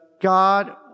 God